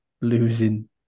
losing